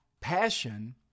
Passion